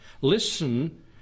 Listen